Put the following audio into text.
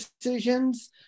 decisions